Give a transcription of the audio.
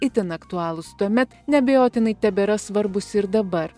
itin aktualūs tuomet neabejotinai tebėra svarbūs ir dabar